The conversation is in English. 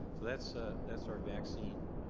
that's ah that's our vaccine